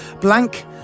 Blank